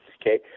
okay